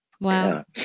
Wow